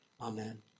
Amen